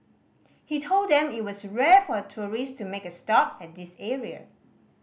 he told them that it was rare for tourist to make a stop at this area